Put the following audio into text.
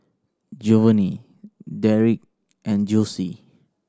Jovanny Derrek and Jossie